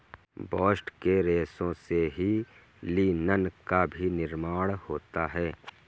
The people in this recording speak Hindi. बास्ट के रेशों से ही लिनन का भी निर्माण होता है